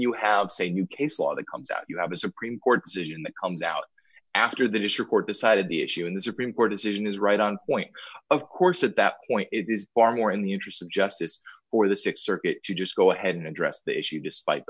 you have say new case law that comes out you have a supreme court decision that comes out after that is your court decided the issue in the supreme court decision is right on point of course at that point it is far more in the interest of justice for the six circuit you just go ahead and address the issue despite the